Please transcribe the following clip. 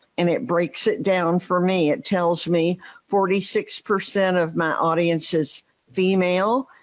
and it breaks it down for me. it tells me forty six percent of my audience is female.